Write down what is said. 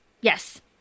Yes